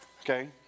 okay